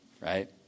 Right